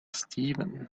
steven